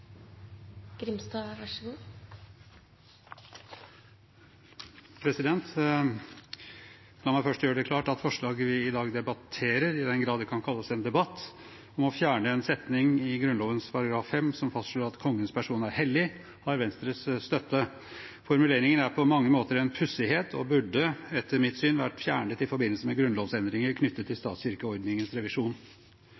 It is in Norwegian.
La meg først gjøre det klart at forslaget vi i dag debatterer – i den grad det kan kalles en debatt – om å fjerne en setning i Grunnloven § 5 som fastslår at «Kongens person er hellig», har Venstres støtte. Formuleringen er på mange måter en pussighet og burde etter mitt syn vært fjernet i forbindelse med grunnlovsendringer knyttet til